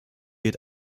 geht